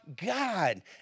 God